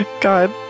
God